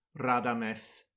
Radames